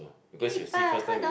because you see first time is